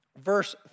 verse